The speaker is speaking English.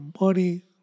money